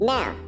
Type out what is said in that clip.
Now